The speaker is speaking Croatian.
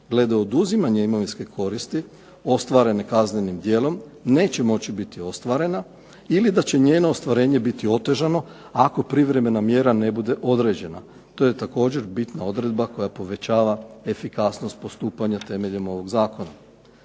glede oduzimanja imovinske koristi ostvarene kaznenim djelom neće moći biti ostvarena ili da će njeno ostvarenje biti otežano ako privremena mjera ne bude određena. To je također bitna odredba koja povećava efikasnost postupanja temeljem ovog zakona.